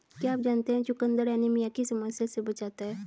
क्या आप जानते है चुकंदर एनीमिया की समस्या से बचाता है?